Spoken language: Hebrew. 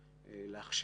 לא לחכות לדיונים עצמם,